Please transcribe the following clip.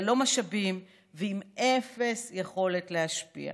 ללא משאבים ועם אפס יכולת להשפיע.